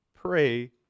Pray